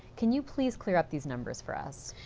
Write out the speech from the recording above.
can you please clear up these numbers for us?